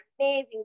amazing